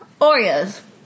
oreos